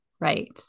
right